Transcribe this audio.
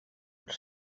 però